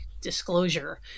disclosure